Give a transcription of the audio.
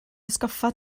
atgoffa